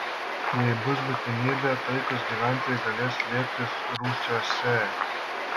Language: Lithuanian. jei bus būtinybė taikūs gyventojai galės slėptis rūsiuose